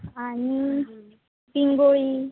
आणि पिंगुळी